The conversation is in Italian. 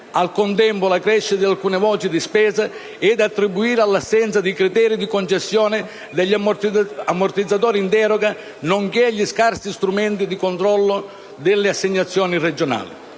al contempo, la crescita di alcune voci di spesa è da attribuire all'assenza di criteri di concessione degli ammortizzatori in deroga, nonché agli scarsi strumenti di controllo delle assegnazioni regionali.